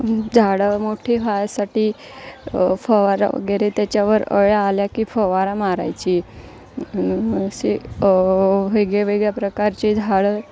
झाडं मोठी व्हायासाठी फवारा वगैरे त्याच्यावर अळ्या आल्या की फवारा मारायची असे वेगळवेगळ्या प्रकारचे झाडं